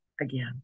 again